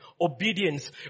obedience